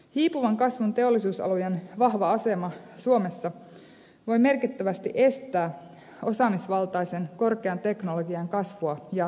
hiipuvan kasvun teollisuusalojen vahva asema suomessa voi merkittävästi estää osaamisvaltaisen korkean teknologian kasvua jatkossa